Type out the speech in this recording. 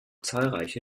zahlreiche